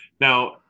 Now